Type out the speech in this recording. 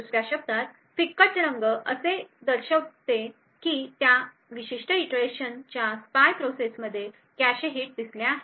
दुसर्या शब्दांत फिकट रंग असे दर्शवितो की त्या विशिष्ट इटरेशनच्या स्पाय प्रोसेसमध्ये कॅशे हिट दिसल्या आहेत